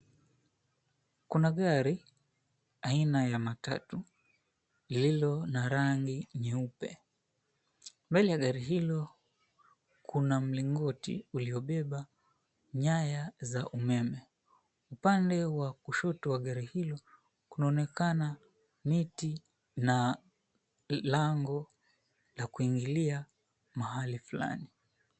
Kuna gari aina ya matatu lililo na rangi nyeupe. Mbele ya gari hilo, kuna mlingoti uliobeba nyaya za umeme. Upande wa kushoto wa gari hilo, kunaonekana miti na lango la kuingilia mahali fulani.